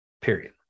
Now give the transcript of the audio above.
period